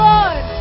Lord